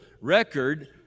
record